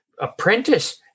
apprentice